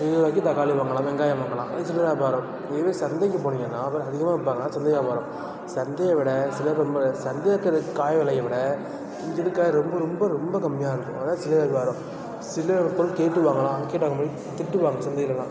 இருபதுரூவாய்க்கு தக்காளி வாங்கலாம் வெங்காயம் வாங்கலாம் இது சில்லறை வியாபாரம் இதுவே சந்தைக்கு போனீங்கன்னால் அதை அதிகமாக விற்பாங்க அதுதான் சந்தை வியாபாரம் சந்தையை விட சில ரொம்ப சந்தையில இருக்கற காய் விலைய விட இங்கே இருக்க ரொம்ப ரொம்ப ரொம்ப கம்மியாக இருக்கும் அதுதான் சில்லறை வியாபாரம் சில்லறையாக ஒரு பொருள் கேட்டு வாங்கலாம் அங்கே கேட்டு வாங்கும்போது திட்டுவாங்கள் சந்தையிலலாம்